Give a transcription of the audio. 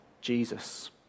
Jesus